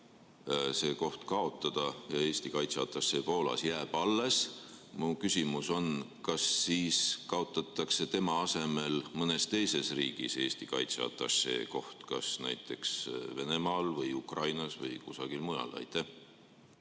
see koht kaotada, ja Eesti kaitseatašee Poolas jääb alles, siis mu küsimus on, kas kaotatakse tema asemel mõnes teises riigis Eesti kaitseatašee koht, kas näiteks Venemaal või Ukrainas või kusagil mujal.